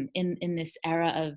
and in in this era of